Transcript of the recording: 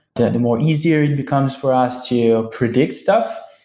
the more easier it becomes for us to predict stuff.